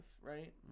right